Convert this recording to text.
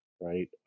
right